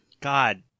god